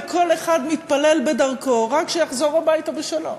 וכל אחד מתפלל בדרכו: רק שיחזור הביתה בשלום.